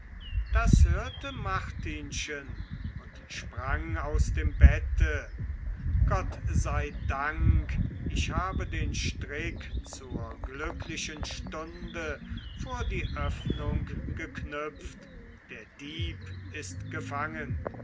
das hörte martinchen und sprang aus dem bette gott sei dank ich habe den strick zur glücklichen stunde vor die öffnung geknüpft der dieb ist gefangen